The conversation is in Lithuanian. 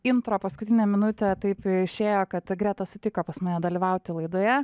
intro paskutinę minutę taip išėjo kad greta sutiko pas mane dalyvauti laidoje